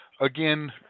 again